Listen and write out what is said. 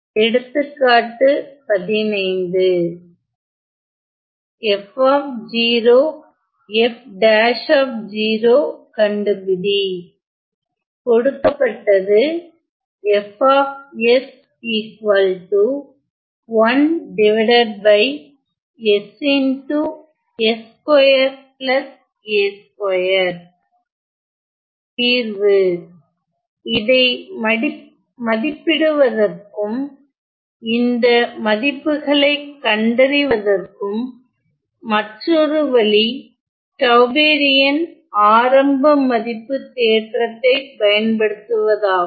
எடுத்துக்காட்டு 15 ff' கண்டுபிடி கொடுக்கப்பட்டது தீர்வு இதை மதிப்பிடுவதற்கும் இந்த மதிப்புகளைக் கண்டறிவதற்கும் மற்றொரு வழி டவ்பெரியன் ஆரம்ப மதிப்பு தேற்றத்தைப் பயன்படுத்துவதாகும்